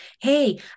hey